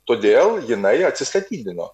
todėl jinai atsistatydino